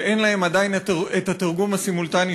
שאין להם עדיין את התרגום הסימולטני,